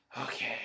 okay